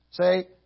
Say